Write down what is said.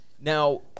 Now